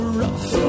rough